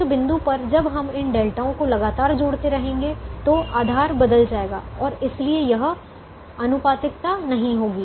कुछ बिंदु पर जब हम इन डेल्टाओं को लगातार जोड़ते रहेंगे तो आधार बदल जाएगा और इसलिए यह आनुपातिकता नहीं होगी